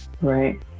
Right